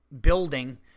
building